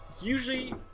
Usually